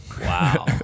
Wow